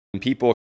people